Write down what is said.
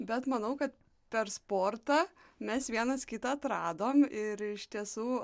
bet manau kad per sportą mes vienas kitą atradom ir iš tiesų